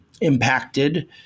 impacted